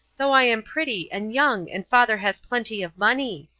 though i am pretty and young and father has plenty of money.